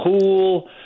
cool